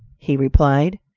he replied,